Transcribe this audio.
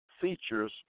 features